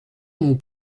mon